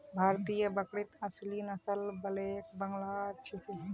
भारतीय बकरीत असली नस्ल ब्लैक बंगाल छिके